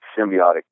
symbiotic